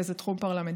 רכזת תחום פרלמנטרי.